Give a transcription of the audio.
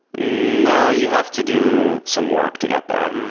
no. you have to do some work to get there.